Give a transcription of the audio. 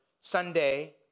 Sunday